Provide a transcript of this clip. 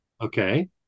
Okay